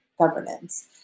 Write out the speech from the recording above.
governance